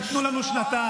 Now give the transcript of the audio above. תיתנו לנו שנתיים.